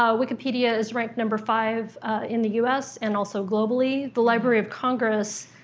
ah wikipedia is ranked number five in the u s, and also globally. the library of congress,